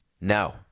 No